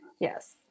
yes